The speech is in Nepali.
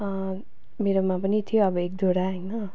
मेरोमा पनि थियो अब एक दुईवटा होइन